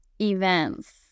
events